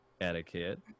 etiquette